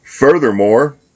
Furthermore